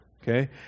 Okay